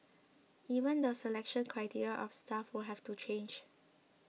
even the selection criteria of staff would have to change